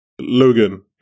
Logan